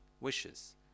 wishes